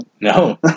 no